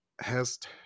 hast